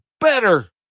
better